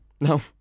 No